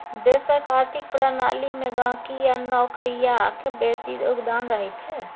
देशक आर्थिक प्रणाली मे गहिंकी आ नौकरियाक बेसी योगदान रहैत छै